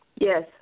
Yes